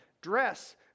dress